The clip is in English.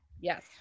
Yes